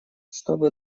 чтобы